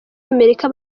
amerika